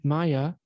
Maya